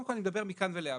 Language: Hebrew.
קודם כל אני מדבר מכאן ולהבא.